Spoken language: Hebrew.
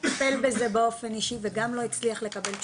הוא טיפל בזה באופן אישי וגם לא הצליח לקבל תשובות.